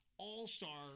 all-star